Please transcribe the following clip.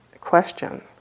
question